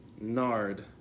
nard